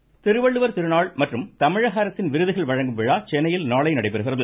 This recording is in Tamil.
விருது திருவள்ளுவர் திருநாள் மற்றும் தமிழக அரசின் விருதுகள் வழங்கும் விழா சென்னையில் நாளை நடைபெறுகிறது